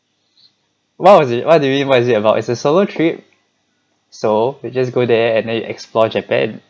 what was it what do you mean what is it about it's a solo trip so we just go there and then you explore japan